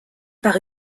par